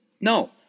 No